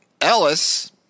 Ellis